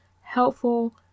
helpful